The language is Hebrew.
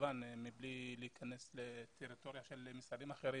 מבלי להיכנס לטריטוריה של משרדים אחרים.